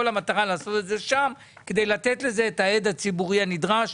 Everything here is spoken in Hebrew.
כל המטרה לעשות את זה שם היא כדי לתת לזה את ההד הציבורי הנדרש.